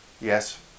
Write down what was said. yes